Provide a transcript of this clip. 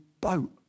boat